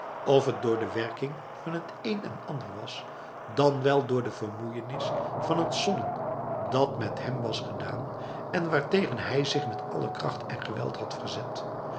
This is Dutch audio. of het door de werking van een en ander was dan wel door de vermoeienis van het sollen dat met hem was gedaan en waartegen hij zich met alle kracht en geweld had verzet